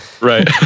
Right